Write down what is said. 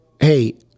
hey